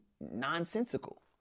nonsensical